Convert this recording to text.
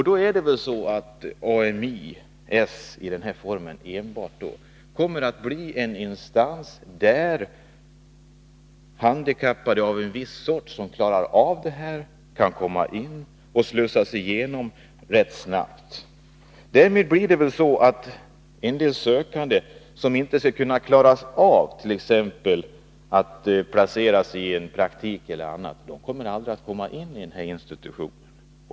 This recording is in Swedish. Då kommer väl Ami-S i den här formen enbart att bli en instans där handikappade av en viss sort, som klarar av rehabiliteringen, kan komma in och slussas igenom rätt snabbt. Därmed blir det väl så att en del sökande, som inte kan placerasit.ex. en praktik, aldrig kommer in i den här institutionen.